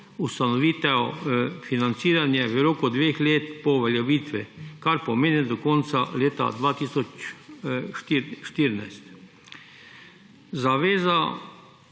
ustanovitev financiranja v roku dveh let po uveljavitvi, kar pomeni do konca leta 2014. Zaveza